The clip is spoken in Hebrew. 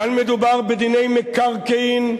כאן מדובר בדיני מקרקעין,